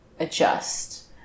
adjust